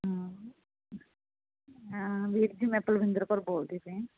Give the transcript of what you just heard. ਵੀਰ ਜੀ ਮੈਂ ਪਲਵਿੰਦਰ ਕੌਰ ਬੋਲਦੀ ਪਈ